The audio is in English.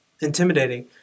intimidating